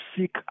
seek